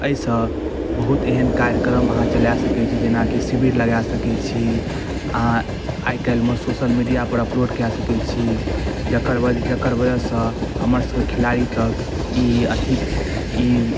एहिसऽ बहुत एहन कार्यक्रम अहाँ चला सकै छी जेनाकि शिविर लगा सकै छी अहाँ आइ काल्हिमे सोशल मीडिया पर अपलोड कए सकै छी जकर जकर वजह सऽ हमर सबके खिलाड़ी तक ई अथी इ